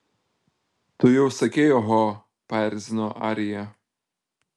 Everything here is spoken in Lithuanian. tu jau sakei oho paerzino arija